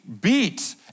beat